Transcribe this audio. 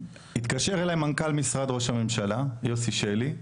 התקשר אליי מנכ"ל משרד ראש הממשלה, יוסי שלי,